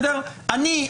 אני,